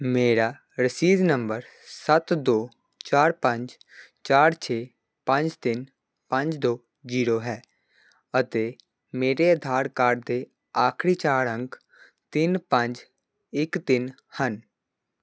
ਮੇਰਾ ਰਸੀਦ ਨੰਬਰ ਸੱਤ ਦੋ ਚਾਰ ਪੰਜ ਚਾਰ ਛੇ ਪੰਜ ਤਿੰਨ ਪੰਜ ਦੋ ਜੀਰੋ ਹੈ ਅਤੇ ਮੇਰੇ ਆਧਾਰ ਕਾਰਡ ਦੇ ਆਖਰੀ ਚਾਰ ਅੰਕ ਤਿੰਨ ਪੰਜ ਇੱਕ ਤਿੰਨ ਹਨ